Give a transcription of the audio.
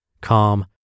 calm